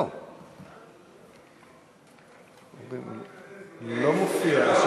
אני מוכן להתקזז, אצלי לא מופיע.